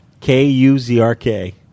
K-U-Z-R-K